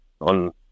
on